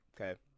okay